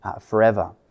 forever